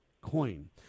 coin